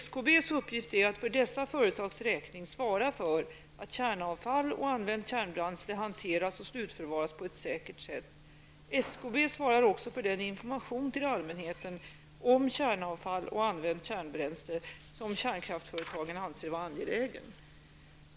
SKBs uppgift är att för dessa företags räkning svara för att kärnavfall och använt kärnbränsle hanteras och slutförvaras på ett säkert sätt. SKB svarar också för den information till allmänheten om kärnavfall och använt kärnbränsle, som kärnkraftsföretagen anser vara angelägen.